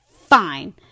fine